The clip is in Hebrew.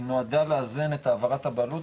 היא נועדה לאזן את העברת הבעלות,